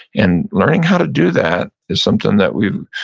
and learning how to do that is something that we've,